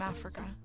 Africa